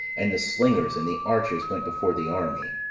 and the slingers, and the archers, went before the army,